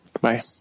Bye